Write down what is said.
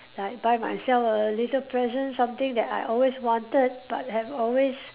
like buy myself a little present something that I always wanted but have always